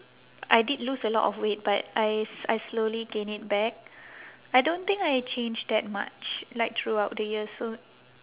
I did lose a lot of weight but I s~ I slowly gain it back I don't think I change that much like throughout the years so